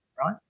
right